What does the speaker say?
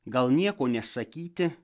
gal nieko nesakyti